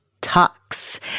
Talks